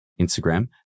Instagram